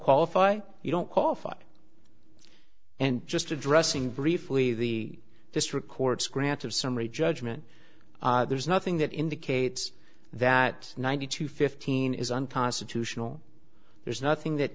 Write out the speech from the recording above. qualify you don't qualify and just addressing briefly the district court's grant of summary judgment there is nothing that indicates that ninety two fifteen is unconstitutional there's nothing that